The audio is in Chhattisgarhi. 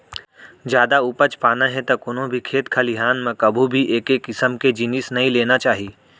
जादा उपज पाना हे त कोनो भी खेत खलिहान म कभू भी एके किसम के जिनिस नइ लेना चाही